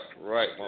right